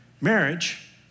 Marriage